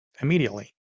Immediately